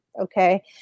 okay